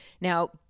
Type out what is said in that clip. Now